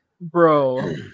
Bro